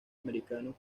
americanos